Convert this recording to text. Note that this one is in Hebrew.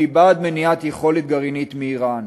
אני בעד מניעת יכולת גרעינית מאיראן,